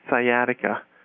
sciatica